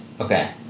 Okay